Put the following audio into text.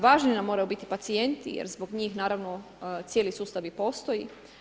Važni nam moraju biti pacijenti jer zbog njih naravno cijeli sustav i postoji.